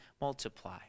multiply